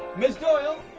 ms doyle!